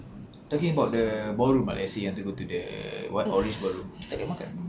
talking about the ballroom let's say ah you want to go to the what orange ballroom kita tak boleh makan ke